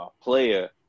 player